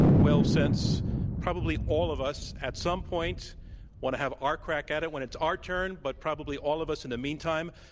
well, since probably all of us at some point want to have our crack at it, when it's our turn, but probably all of us in the meantime,